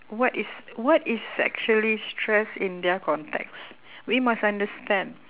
what is what is actually stress in their context we must understand